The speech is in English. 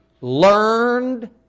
learned